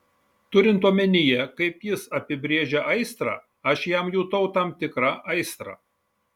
turint omenyje kaip jis apibrėžia aistrą aš jam jutau tam tikrą aistrą